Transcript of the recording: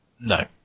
No